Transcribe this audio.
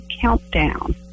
Countdown